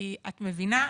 כי את מבינה,